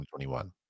2021